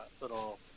little